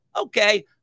okay